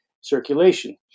circulation